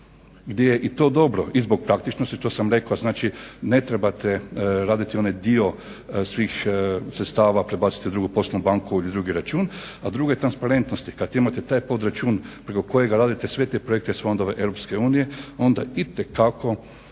gdje je i to dobro i zbog praktično se to sam rekao znači ne trebate raditi onaj dio svih sredstava prebaciti u drugu poslovnu banku … drugi račun, a drugo je transparentnosti, kad imate taj podračun preko kojega radite sve te projekte iz fondova Europske unije onda itekako